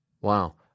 Wow